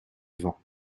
vent